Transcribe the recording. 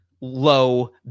low